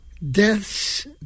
Deaths